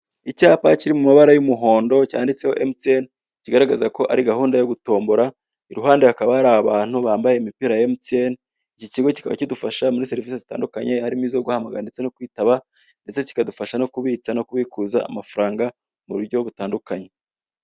Icyapa kiri mu mabara y'umuhondo cyanditseho MTN, kigaragaza ko ari gahunda yo gutombora, iruhande hakaba hari abantu bambaye imipira ya MTN. Iki kigo kikaba kidufasha muri serivise zitandukanye, harimo izo guhamagara ndetse no kwitaba ndetse kikadufasha no kubitsa no kubikuza amafaranga ku buryo butandukanye.